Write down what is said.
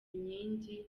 inkingi